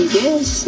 yes